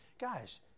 guys